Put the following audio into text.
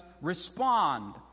respond